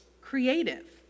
creative